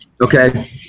okay